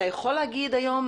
אתה יכול להגיד היום,